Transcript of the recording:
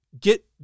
get